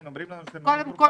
אומרים לנו שזה מאוד מורכב.